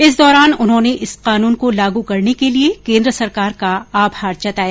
इस दौरान उन्होंने इस कानून को लागू करने के लिए केन्द्र सरकार का आभार जताया